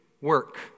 work